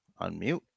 Unmute